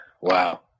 wow